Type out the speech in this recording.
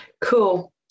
Cool